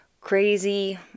crazy